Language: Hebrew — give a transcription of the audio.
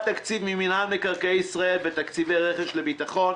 תקציב ממינהל מקרקעי ישראל ותקציבי רכש לביטחון,